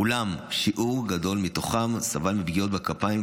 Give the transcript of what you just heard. אולם שיעור גדול מתוכם סבל מפגיעות בגפיים.